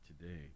today